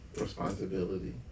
responsibility